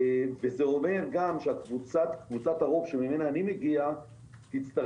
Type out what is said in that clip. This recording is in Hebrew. זה אומר גם שקבוצת הרוב שממנה אני מגיע תצטרך